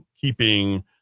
keeping